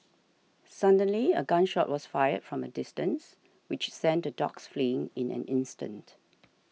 suddenly a gun shot was fired from a distance which sent the dogs fleeing in an instant